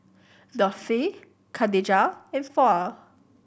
Dorthey Khadijah and Floy